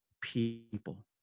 people